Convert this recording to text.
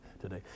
today